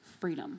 freedom